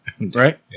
Right